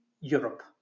Europe